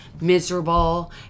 miserable